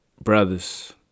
Brothers